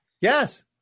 Yes